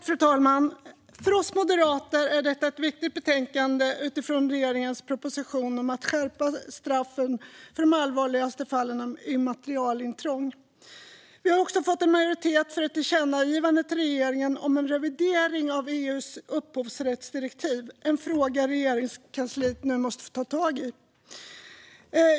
Fru talman! För oss moderater är detta ett viktigt betänkande utifrån regeringens proposition om att skärpa straffen för de allvarligaste fallen av immaterialrättsintrång. Vi har också fått majoritet för ett tillkännagivande till regeringen om en revidering av EU:s upphovsrättsdirektiv, en fråga som Regeringskansliet nu måste ta tag i.